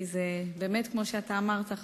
כי באמת כמו שאמרת,